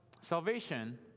salvation